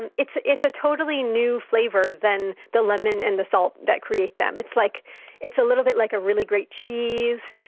and it's it's a totally new flavor than the lemon and the salt that create it. it's like it's a little bit like a really great cheese.